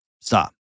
Stop